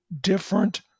different